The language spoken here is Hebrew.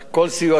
כל סיוע שלך,